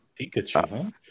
Pikachu